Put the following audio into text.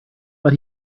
but